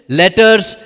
letters